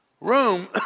room